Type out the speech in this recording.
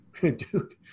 dude